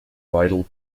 vital